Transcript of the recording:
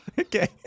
Okay